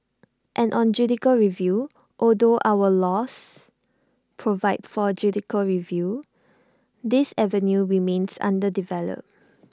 and on judicial review although our laws provide for judicial review this avenue remains underdeveloped